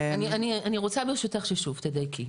אני רוצה ברשותך ששוב תדייקי.